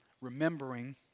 remembering